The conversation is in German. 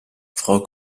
frau